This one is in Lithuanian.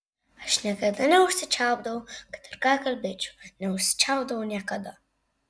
aš niekada neužsičiaupdavau kad ir ką kalbėčiau neužsičiaupdavau niekada